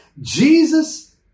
Jesus